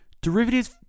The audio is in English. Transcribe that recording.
Derivatives